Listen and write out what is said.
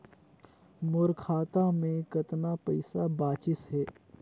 मोर खाता मे कतना पइसा बाचिस हे?